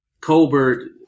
Colbert